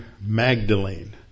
Magdalene